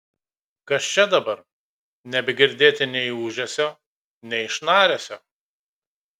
kas čia dabar nebegirdėti nei ūžesio nei šnaresio